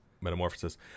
Metamorphosis